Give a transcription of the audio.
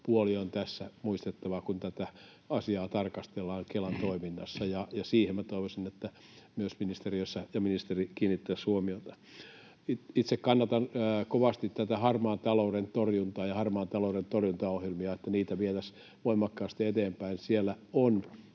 puoli on tässä muistettava, kun tätä asiaa tarkastellaan Kelan toiminnassa, ja siihen minä toivoisin, että myös ministeriö ja ministeri kiinnittäisivät huomiota. Itse kannatan kovasti tätä harmaan talouden torjuntaa ja että harmaan talouden torjuntaohjelmia vietäisiin voimakkaasti eteenpäin. Siellä on